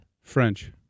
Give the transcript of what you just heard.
French